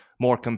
more